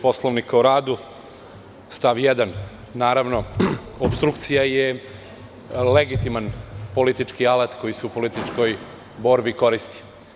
Poslovnika o radu, stav 1. Naravno, opstrukcija je legitiman politički alat koji se u političkoj borbi koristi.